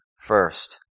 first